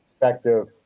perspective